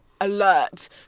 alert